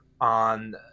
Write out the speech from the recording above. on